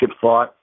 thought